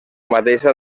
mateixa